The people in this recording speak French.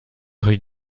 rue